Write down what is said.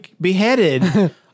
beheaded